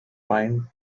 pine